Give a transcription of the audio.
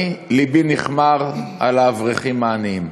אני, לבי נכמר על האברכים העניים,